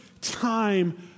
time